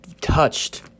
touched